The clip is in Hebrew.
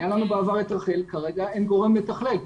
היה לנו בעבר את רח"ל וכרגע אין גורם מתכלל.